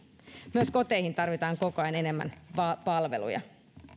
myös koteihin tarvitaan koko ajan enemmän palveluja